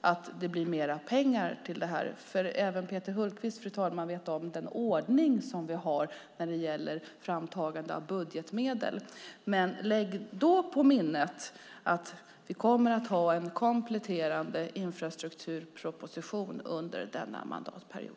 att det blir mer pengar till det här. Även Peter Hultqvist, fru talman, vet om den ordning som vi har när det gäller framtagande av budgetmedel. Men lägg då på minnet att vi kommer att ha en kompletterande infrastrukturproposition under denna mandatperiod!